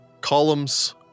Columns